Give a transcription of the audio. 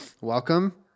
Welcome